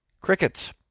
crickets